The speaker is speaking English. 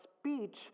speech